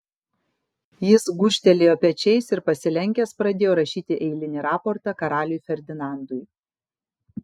jis gūžtelėjo pečiais ir pasilenkęs pradėjo rašyti eilinį raportą karaliui ferdinandui